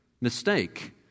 mistake